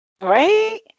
Right